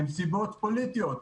אלא סיבות פוליטיות,